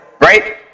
right